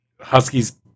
Huskies